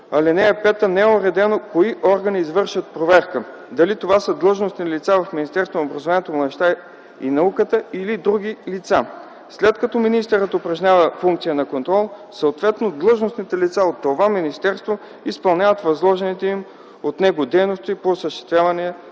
5 не е уредено кои органи извършват проверката – дали това са длъжностни лица в Министерството на образованието, младежта и науката или други лица. След като министърът упражнява функция на контрол, съответно длъжностни лица от това министерство изпълняват възложените им от него дейности по осъществяване